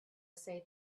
said